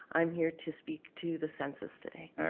i'm here to speak to the census today.